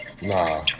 Nah